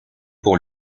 pour